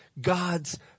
God's